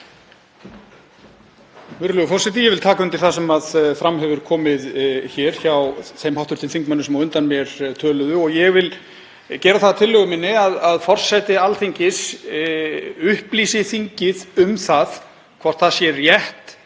Virðulegur forseti. Ég vil taka undir það sem fram hefur komið hér hjá þeim hv. þingmönnum sem á undan mér töluðu. Ég vil gera það að tillögu minni að forseti Alþingis upplýsi þingið um það hvort það sé rétt